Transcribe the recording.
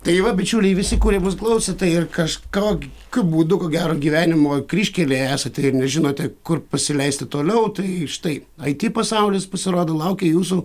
tai va bičiuliai visi kurie mus klausote ir kažkokiu būdu ko gero gyvenimo kryžkelėje esate ir nežinote kur pasileisti toliau tai štai it pasaulis pasirodo laukia jūsų